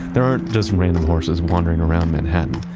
they aren't just random horses wandering around manhattan.